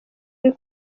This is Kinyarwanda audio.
ari